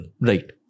Right